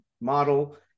model